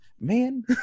man